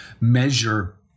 measure